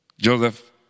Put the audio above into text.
Joseph